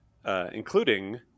Including